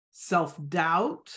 self-doubt